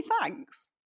Thanks